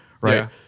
right